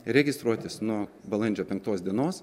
registruotis nuo balandžio penktos dienos